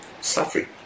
suffering